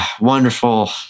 wonderful